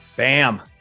Bam